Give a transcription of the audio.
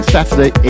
Saturday